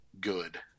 good